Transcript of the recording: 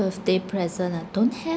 birthday present ah don't have